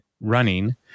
running